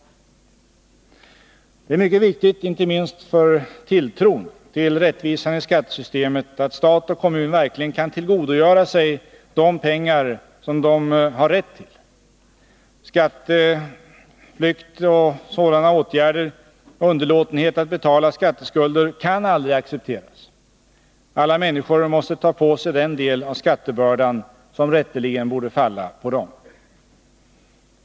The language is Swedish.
Det är mycket viktigt, inte minst för tilltron till rättvisan i skattesystemet, att stat och kommun verkligen kan tillgodogöra sig de pengar som de har rätt till. Skattefusk, skatteflykt och underlåtenhet att betala skatteskulder kan aldrig accepteras. Alla människor måste ta på sig den del av skattebördan som rätteligen borde falla på dem.